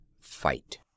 fight